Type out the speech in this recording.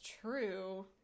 true